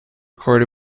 recorded